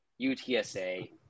UTSA